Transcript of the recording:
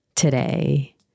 Today